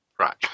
Right